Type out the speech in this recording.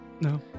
No